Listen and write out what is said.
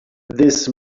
this